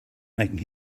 making